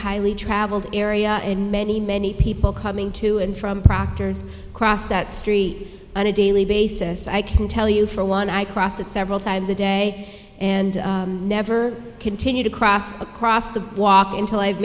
highly traveled area and many many people coming to and from proctors cross that street on a daily basis i can tell you for one i cross it several times a day and never continue to cross across the walk into i've